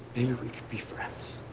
maybe we could be friends.